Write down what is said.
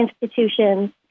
institutions